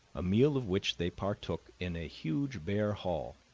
a meal of which they partook in a huge bare hall,